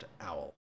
owl